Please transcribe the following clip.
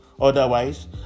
Otherwise